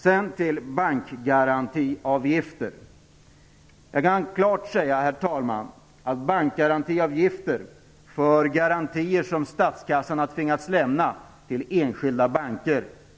Så till frågan om bankgarantiavgifter. Jag kan klart säga, herr talman, att jag är starkt för bankgarantiavgifter för garantier som statskassan har tvingats lämna till enskilda banker.